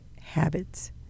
habits